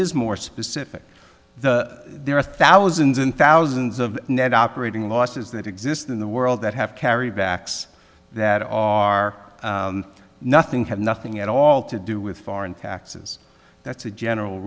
is more specific the there are thousands and thousands of net operating losses that exist in the world that have carried backs that are nothing have nothing at all to do with foreign taxes that's a general